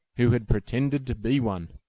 who had pretended to be one.